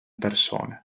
persone